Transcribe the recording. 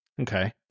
Okay